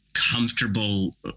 comfortable